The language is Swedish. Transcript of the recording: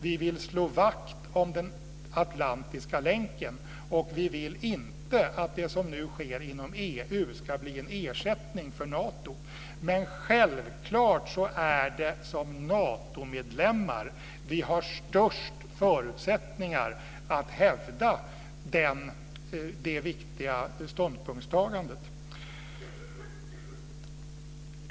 Vi vill slå vakt om den atlantiska länken. Vi vill inte att det som nu sker inom EU ska bli en ersättning för Nato. Men självklart är det som Natomedlemmar vi har störst förutsättningar att hävda den viktiga ståndpunkten.